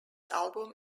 album